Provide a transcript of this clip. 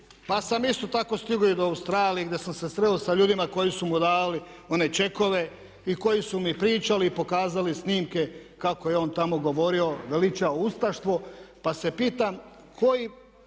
pa sam isto tako stigao i do Australije gdje sam se sreo sa ljudima koji su mu davali one čekove i koji su mi pričali i pokazali snimke kako je on tamo govorio, veličao ustaštvo pa se pitam koji